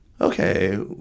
Okay